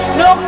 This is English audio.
no